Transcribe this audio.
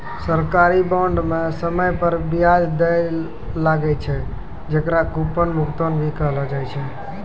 सरकारी बांड म समय पर बियाज दैल लागै छै, जेकरा कूपन भुगतान भी कहलो जाय छै